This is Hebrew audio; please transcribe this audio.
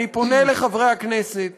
אני פונה אל חברי הכנסת